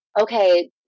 okay